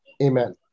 Amen